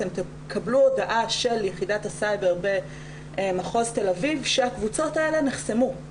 אתם תקבלו הודעה של יחידת הסייבר במחוז תל אביב שהקבוצות האלה נחסמו.